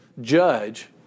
judge